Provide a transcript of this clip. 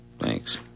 Thanks